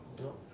nope